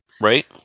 Right